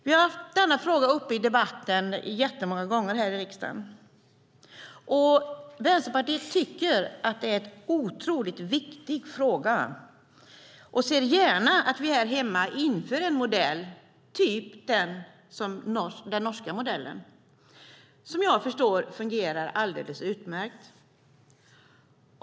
Vi har haft denna fråga uppe i debatten i riksdagen många gånger. Vänsterpartiet tycker att det är en otroligt viktig fråga och ser gärna att vi här hemma inför en modell, typ den norska modellen, som jag förstår fungerar alldeles utmärkt.